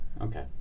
okay